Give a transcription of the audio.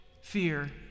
Fear